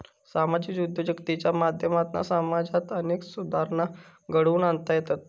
सामाजिक उद्योजकतेच्या माध्यमातना समाजात अनेक सुधारणा घडवुन आणता येतत